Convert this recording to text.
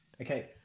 Okay